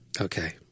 Okay